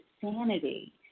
sanity